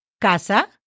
casa